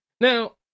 Now